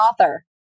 author